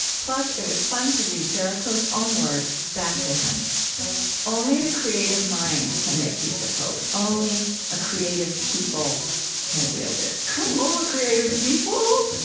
plus it was fun to read jericho's own words back to him only the creative mind can make use of hope. only a creative people can wield it. come on, creative people.